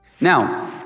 Now